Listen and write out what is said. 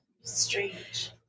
Strange